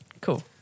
Cool